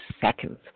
seconds